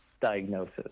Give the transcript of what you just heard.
diagnosis